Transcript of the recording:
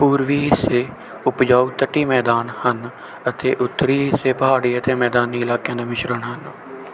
ਪੂਰਬੀ ਹਿੱਸੇ ਉਪਜਾਊ ਤਟੀ ਮੈਦਾਨ ਹਨ ਅਤੇ ਉੱਤਰੀ ਹਿੱਸੇ ਪਹਾੜੀ ਅਤੇ ਮੈਦਾਨੀ ਇਲਾਕਿਆਂ ਦਾ ਮਿਸ਼ਰਣ ਹਨ